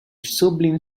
sublime